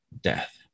death